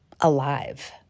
alive